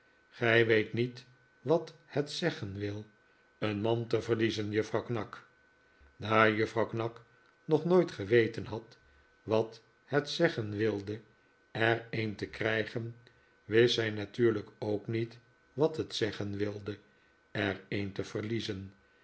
gij weet niet wat het zeggen wileen man te verliezen juffrouw knag daar juffrouw knag nog nooit geweten had wat het zeggen wilde er een te krijgen wist zij natuurlijk ook niet wat het zeggen wilde er een te verliezen